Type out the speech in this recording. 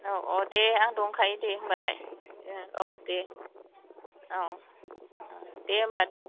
औ औ दे आं दंखायो दे होनबालाय औ दे औ दे होनबा